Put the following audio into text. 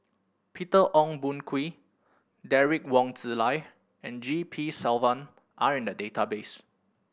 Peter Ong Boon Kwee Derek Wong Zi Liang and G P Selvam are in the database